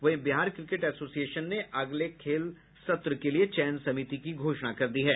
वहीं Bihar cricket association ने अगले खेल सत्र के लिए चयन समिति की घोषणा कर दी है